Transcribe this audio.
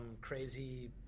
crazy